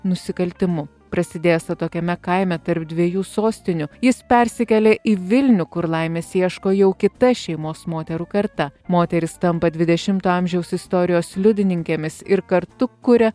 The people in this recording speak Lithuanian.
nusikaltimu prasidėjęs atokiame kaime tarp dviejų sostinių jis persikėlė į vilnių kur laimės ieško jau kita šeimos moterų karta moterys tampa dvidešimto amžiaus istorijos liudininkėmis ir kartu kuria